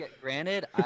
granted